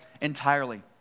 entirely